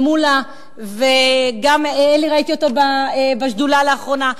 גם את מולה וגם את אלי ראיתי בשדולה לאחרונה,